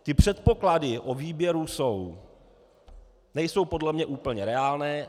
Ty předpoklady o výběru nejsou podle mě úplně reálné.